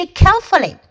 carefully